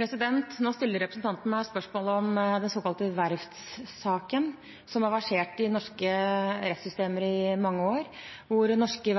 Nå stiller representanten meg spørsmål om den såkalte verftssaken, som har versert i det norske rettssystemet i mange år, hvor det oppsto